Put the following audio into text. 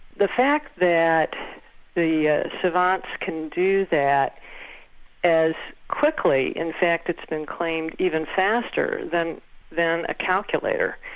the fact that the ah savants can do that as quickly, in fact it's been claimed even faster than than a calculator,